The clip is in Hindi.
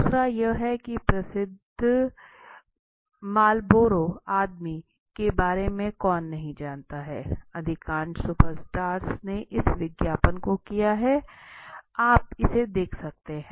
दूसरा यह है कि प्रसिद्ध मार्लबोरो आदमी के बारे में कौन नहीं जानता हैअधिकांश सुपर स्टार्स ने इस विज्ञापन को किया है आप इसे देख सकते हैं